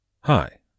Hi